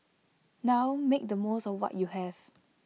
now make the most of what you have